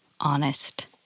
honest